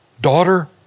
Daughter